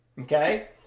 okay